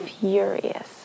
furious